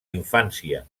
infància